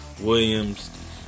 Williams